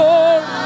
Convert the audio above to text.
Lord